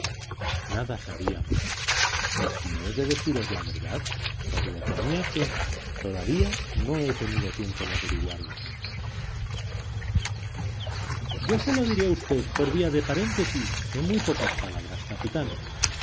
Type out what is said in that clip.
nada sabíamos y si he de deciros la verdad por lo que a mí hace todavía no he tenido tiempo de averiguarlo yo se lo diré a usted por vía de paréntesis en muy pocas palabras capitán